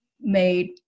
made